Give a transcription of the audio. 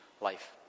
life